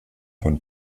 von